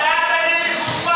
אתה אל תגיד לי חוצפן,